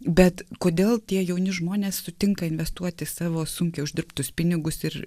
bet kodėl tie jauni žmonės sutinka investuoti savo sunkiai uždirbtus pinigus ir